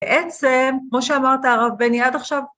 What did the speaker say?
בעצם, כמו שאמרת הרב בני, עד עכשיו...